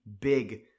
big